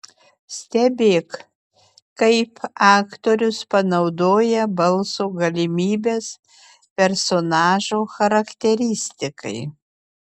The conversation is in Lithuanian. stebėk kaip aktorius panaudoja balso galimybes personažo charakteristikai